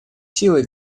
силой